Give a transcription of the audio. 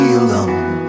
alone